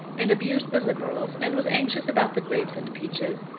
and abused the liberals, and was anxious about the grapes and peaches,